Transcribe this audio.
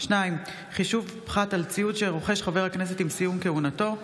2. חישוב פחת על ציוד שרוכש חבר כנסת עם סיום כהונתו,